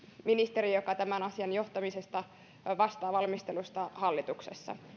ministeri joka tämän asian johtamisesta valmistelusta vastaa hallituksessa